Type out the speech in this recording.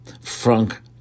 Frank